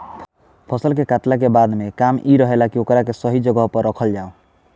फसल के कातला के बाद मेन काम इ रहेला की ओकरा के सही जगह पर राखल जाव